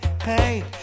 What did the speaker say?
hey